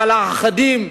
אבל אחדים,